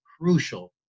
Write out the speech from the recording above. crucial